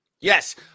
Yes